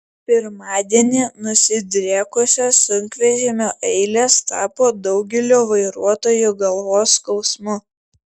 pirmadienį nusidriekusios sunkvežimių eilės tapo daugelio vairuotojų galvos skausmu